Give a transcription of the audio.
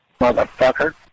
motherfucker